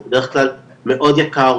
הוא בדרך כלל מאוד יקר,